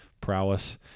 prowess